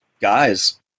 guys